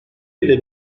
ile